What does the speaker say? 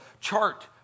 chart